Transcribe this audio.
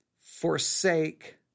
forsake